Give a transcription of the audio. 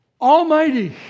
Almighty